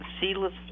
seedless